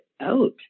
out